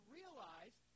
realize